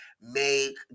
make